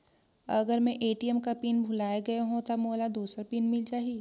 अगर मैं ए.टी.एम कर पिन भुलाये गये हो ता मोला दूसर पिन मिल जाही?